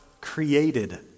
created